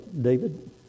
David